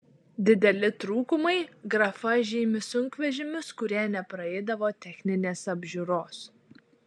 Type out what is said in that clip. dideli trūkumai grafa žymi sunkvežimius kurie nepraeidavo techninės apžiūros